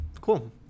cool